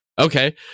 Okay